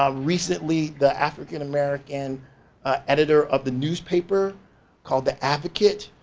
ah recently the african-american editor of the newspaper called the advocate,